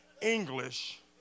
English